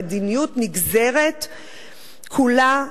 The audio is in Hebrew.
המדיניות נגזרת כולה,